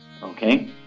Okay